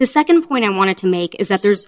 the second point i want to make is that there's